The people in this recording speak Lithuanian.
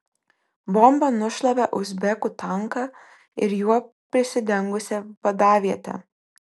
bomba nušlavė uzbekų tanką ir juo prisidengusią vadavietę